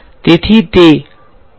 તેથી તે અમે હવે લોકેટ કરીશું